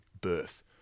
birth